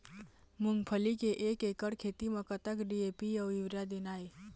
मूंगफली के एक एकड़ खेती म कतक डी.ए.पी अउ यूरिया देना ये?